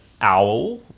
owl